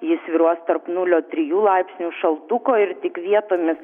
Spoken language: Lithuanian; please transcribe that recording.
ji svyruos tarp nulio trijų laipsnių šaltuko ir tik vietomis